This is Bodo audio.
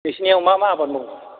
नोंसिनियाव मा मा आबाद मावो